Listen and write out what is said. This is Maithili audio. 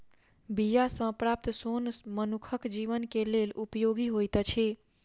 बीया सॅ प्राप्त सोन मनुखक जीवन के लेल उपयोगी होइत अछि